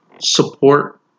support